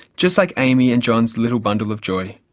just like amy and john's little bundle of joy.